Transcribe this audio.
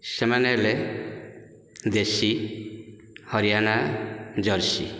ସେମାନେ ହେଲେ ଦେଶୀ ହରିୟାଣା ଜର୍ସି